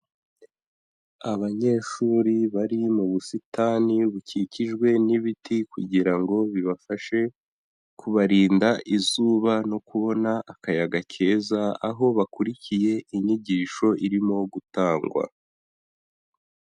Abanyeshuri bari mu busitani bukikijwe n'ibiti kugira ngo bibafashe kubarinda izuba no kubona akayaga keza, aho bakurikiye inyigisho irimo gutangwa.